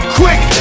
quick